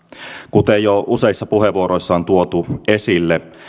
kuten jo useissa puheenvuoroissa on tuotu esille